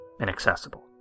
inaccessible